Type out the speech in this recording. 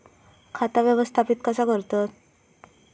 खाता व्यवस्थापित कसा करतत?